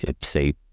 say